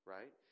Right